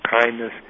kindness